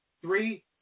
three